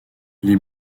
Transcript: les